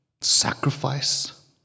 sacrifice